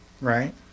right